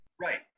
Right